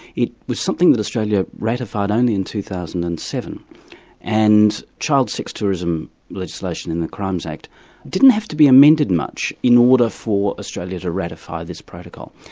it was something that australia ratified only in two thousand and seven and child sex tourism legislation in the crimes act didn't have to be amended much in order for australia to ratify this protocol.